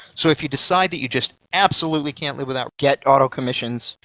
so if you decide that you just absolutely can't live without get auto commissions,